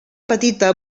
petita